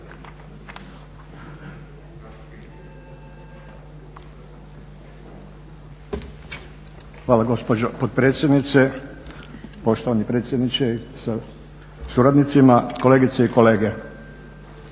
Hvala gospođo potpredsjednice. Poštovani predsjedniče sa suradnicima, kolegice i kolege.